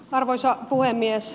arvoisa puhemies